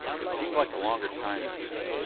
it seemed like a longer time than that.